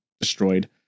destroyed